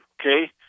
okay